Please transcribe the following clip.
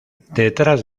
detrás